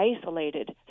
isolated